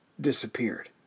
disappeared